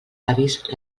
avis